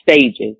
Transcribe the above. stages